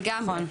לגמרי.